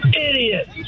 Idiot